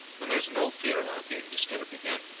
and there is no fear of our being disturbed again.